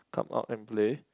come out and play